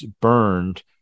burned